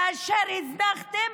כאשר הזנחתם,